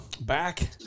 back